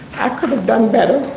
i could've done better,